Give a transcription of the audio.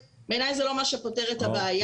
בעיני זה לא מה שפותר את הבעיה.